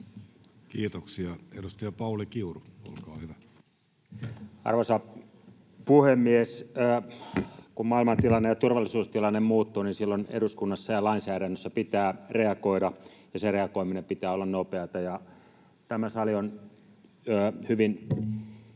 Kiitoksia. — Edustaja Pauli Kiuru, olkaa hyvä. Arvoisa puhemies! Kun maailmantilanne ja turvallisuustilanne muuttuvat, niin silloin eduskunnassa ja lainsäädännössä pitää reagoida, ja sen reagoimisen pitää olla nopeata. Tämä sali on hyvin